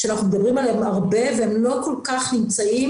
שאנחנו מדברים עליהם הרבה והם לא כל כך נמצאים